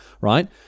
right